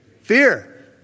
fear